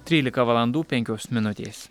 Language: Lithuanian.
trylika valandų penkios minutės